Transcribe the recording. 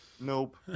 Nope